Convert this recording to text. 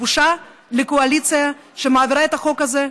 בושה לקואליציה שמעבירה את החוק הזה,